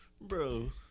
Bro